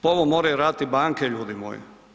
Pa ovo moraju raditi banke ljudi moji.